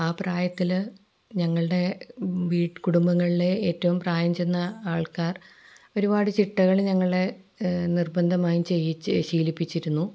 ആ പ്രായത്തിൽ ഞങ്ങളുടെ വീട്ട് കുടുംബങ്ങളിലെ ഏറ്റോം പ്രായം ചെന്ന ആൾക്കാർ ഒരുപാട് ചിട്ടകൾ ഞങ്ങളെ നിർബന്ധമായും ചെയ്യിപ്പിച്ച് ശീലിപ്പിച്ചിരുന്നു